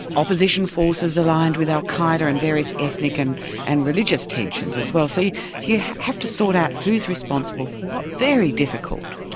opposition forces aligned with al qaeda and various ethnic and and religious tensions as well. so you have to sort out who is responsible for what. very difficult.